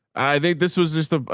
i think this was just a,